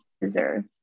deserve